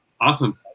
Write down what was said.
Awesome